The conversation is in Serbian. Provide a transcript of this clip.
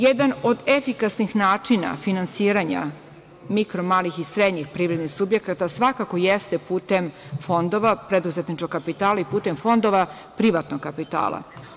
Jedan od efikasnih načina finansiranja mikro, malih i srednjih privrednih subjekata svakako jeste putem fondova, preduzetničkog kapitala i putem fondova privatnog kapitala.